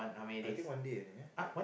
I think one day only eh